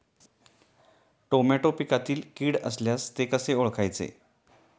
Tomato पिकातील कीड असल्यास ते कसे ओळखायचे?